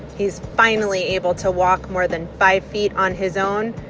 he's finally able to walk more than five feet on his own.